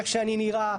איך שאני נראה,